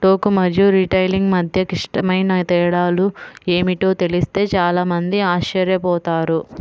టోకు మరియు రిటైలింగ్ మధ్య క్లిష్టమైన తేడాలు ఏమిటో తెలిస్తే చాలా మంది ఆశ్చర్యపోతారు